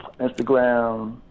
Instagram